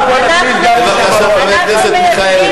בבקשה, חבר הכנסת מיכאלי.